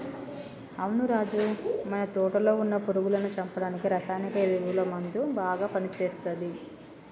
అవును రాజు మన తోటలో వున్న పురుగులను చంపడానికి రసాయన పురుగుల మందు బాగా పని చేస్తది